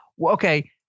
okay